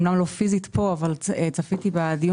אמנם לא פיזית פה אבל צפיתי בו,